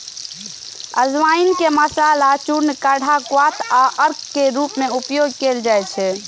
अजवाइन के मसाला, चूर्ण, काढ़ा, क्वाथ आ अर्क के रूप मे उपयोग कैल जाइ छै